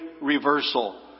reversal